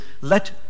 let